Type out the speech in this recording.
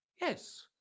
Yes